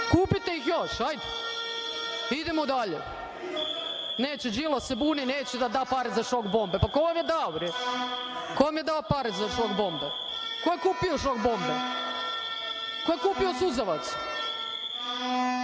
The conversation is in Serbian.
Kupite ih još. Idemo dalje. Neće, Đilas se buni, neće da da pare za šok bombe. Pa ko vam je dao, bre? Pa ko vam je dao pare za šok bombe? Ko je kupio šok bombe? Ko je kupio suzavac?